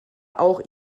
auch